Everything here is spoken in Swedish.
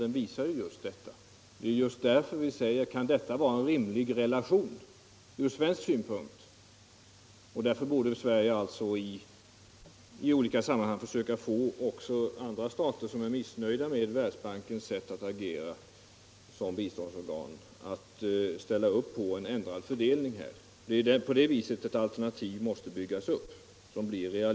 Det är just därför vi frågar om detta från svensk synpunkt kan vara en rimlig relation, och det är därför som Sverige i olika sammanhang borde försöka få även andra stater som är missnöjda med Världsbankens sätt att fungera som biståndsorgan att ställa upp en ändrad fördelning. Det är på det sättet ett realistiskt alternativ måste byggas upp.